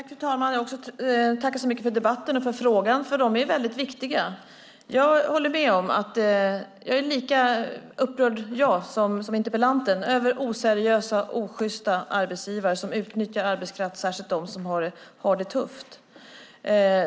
Fru talman! Jag vill också tacka så mycket för debatten och för frågorna, för de är väldigt viktiga. Jag är lika upprörd som interpellanten över oseriösa och osjysta arbetsgivare som utnyttjar arbetskraft, särskilt dem som har det tufft.